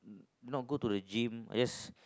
not go to the gym I just